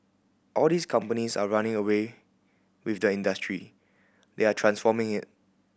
all these companies are running away with the industry they are transforming it